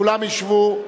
כולם ישבו,